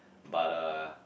but uh